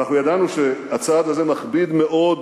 ידענו שהצעד הזה מכביד מאוד